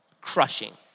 Crushing